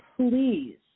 please